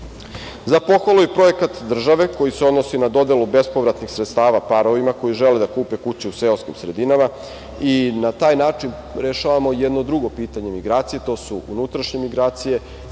pohvalu je i projekat države koji se odnosi na dodelu bespovratnih sredstava parovima koji žele da kupe kuću u seoskim sredinama. Na taj način rešavamo i jedno drugo pitanje migracije, a to su unutrašnje migracije,